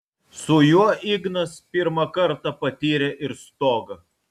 su juo ignas pirmą kartą patyrė ir stogą